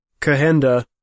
Kahenda